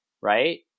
right